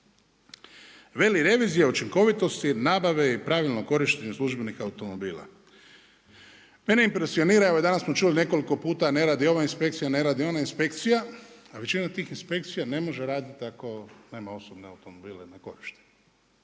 Veli revizija učinkovitosti nabave je u pravilu korištenje službenih automobila. Mene impresionira, evo i danas smo čuli nekoliko puta ne radi ova inspekcija, ne radi ona inspekcija, a većina tih inspekcija ne može raditi ako nema osobne automobile na korištenje.